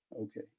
Okay